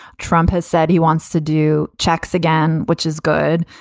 trump has said he wants to do checks again, which is good.